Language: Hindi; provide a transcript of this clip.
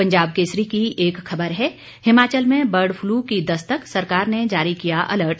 पंजाब केसरी की एक खबर है हिमाचल में वर्ड फ्लू की दस्तक सरकार ने जारी किया अलर्ट